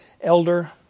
elder